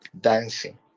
dancing